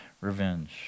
revenge